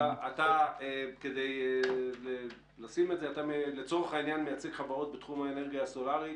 אתה מייצג לצורך העניין חברות מתחום האנרגיה הסולארית.